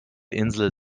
insel